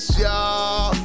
y'all